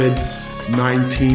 COVID-19